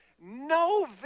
No